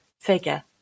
figure